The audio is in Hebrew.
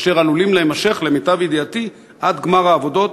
אשר עלולים להימשך למיטב ידיעתי עד גמר העבודות,